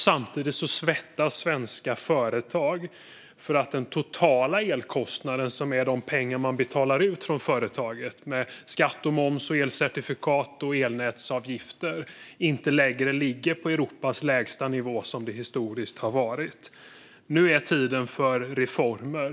Samtidigt svettas svenska företag för att den totala elkostnaden, som är de pengar som man betalar ut från företagen, med skatt, moms, elcertifikat och elnätsavgifter inte ligger på Europas lägsta nivå som det historiskt har varit. Nu är tiden för reformer.